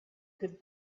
could